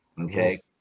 okay